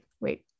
wait